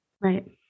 right